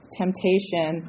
temptation